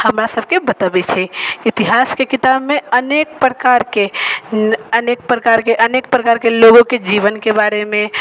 हमरा सबके बतऽबै छै इतिहास के किताब मे अनेक प्रकारके अनेक प्रकारके अनेक प्रकारके लोगो के जीवन के बारे मे